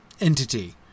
entity